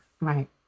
Right